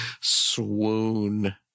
Swoon